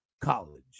College